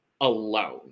alone